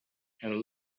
and